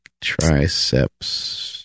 triceps